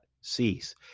cease